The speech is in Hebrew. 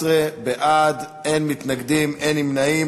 14 בעד, אין מתנגדים, אין נמנעים.